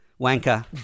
Wanker